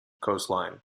coastline